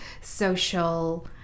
social